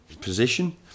position